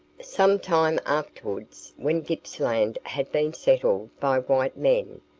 some time afterwards, when gippsland had been settled by white men,